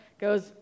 goes